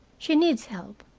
she needs help,